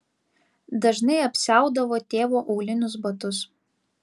dažnai apsiaudavo tėvo aulinius batus